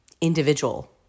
individual